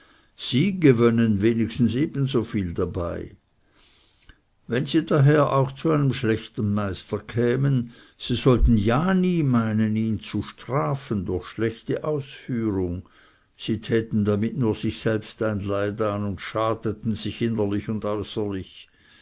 sie gewönnen wenigstens ebenso viel dabei wenn sie daher auch zu einem schlechten meister kämen sie sollten ja nie meinen ihn zu strafen durch schlechte aufführung sie täten damit sich nur selbst ein leid an und schadeten sich innerlich und äußerlich